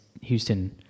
Houston